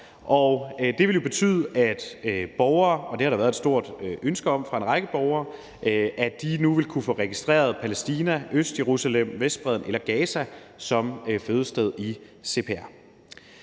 det vil betyde, at borgere – og det har der været et stort ønske om fra en række borgere – nu vil kunne få registreret Palæstina, Østjerusalem, Vestbredden eller Gaza som fødested i